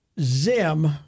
Zim